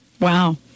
Wow